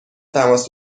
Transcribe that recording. تماس